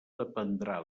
dependrà